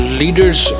leaders